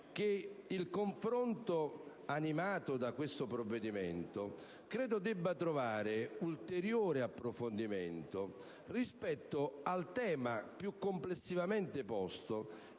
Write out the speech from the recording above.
che il confronto animato da questo provvedimento debba trovare ulteriore approfondimento rispetto al tema più generale della